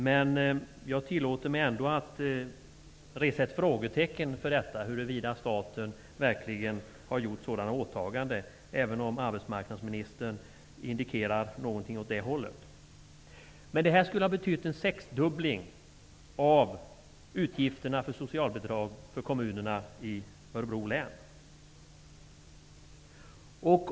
Men jag tillåter mig ändå att resa ett frågetecken för huruvida staten verkligen har gjort sådana åtaganden, även om arbetsmarknadsministern indikerar någonting åt det hållet. Detta skulle ha betytt en sexdubbling av utgifterna för socialbidrag för kommunerna i Örebro län.